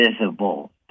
visible